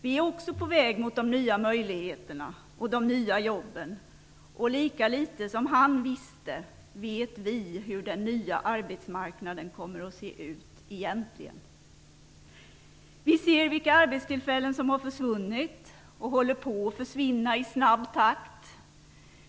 Vi är också på väg mot de nya möjligheterna och de nya jobben, och lika litet som han visste, vet vi hur den nya arbetsmarknaden kommer att se ut egentligen. Vi ser vilka arbetstillfällen som har försvunnit och håller på att försvinna i snabb takt.